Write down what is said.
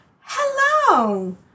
Hello